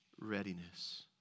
readiness